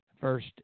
First